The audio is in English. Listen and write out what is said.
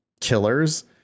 killers